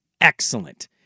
excellent